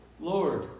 Lord